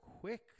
quick